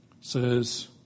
says